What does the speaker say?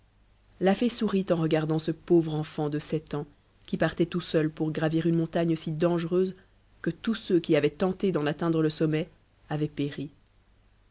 la fée sourit en regardant ce pauvre enfant de sept ans qui partait tout seul pour gravir une montagne si dangereuse que tous ceux qui avaient tenté d'en atteindre le sommet avaient péri